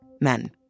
men